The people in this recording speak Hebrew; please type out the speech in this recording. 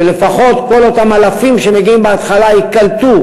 שלפחות כל אותם אלפים שמגיעים בהתחלה ייקלטו